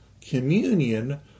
communion